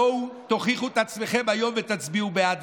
בואו, תוכיחו את עצמכם היום ותצביעו בעד.